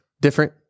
different